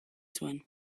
zuen